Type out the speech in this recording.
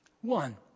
One